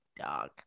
Dog